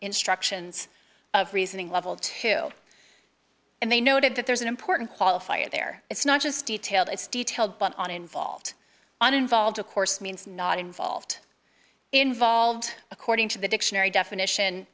instructions of reasoning level two and they noted that there's an important qualifier there it's not just detailed it's detailed but on involved and involved of course means not involved involved according to the dictionary definition